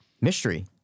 mystery